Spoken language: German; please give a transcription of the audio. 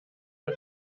der